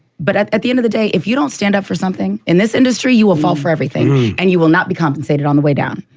but at at the end of the day, if you don't stand up for something, in this industry, you will fall for everything and you will not be compensated on the way down.